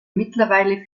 mittlerweile